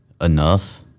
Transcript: enough